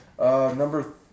Number